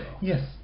Yes